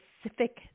specific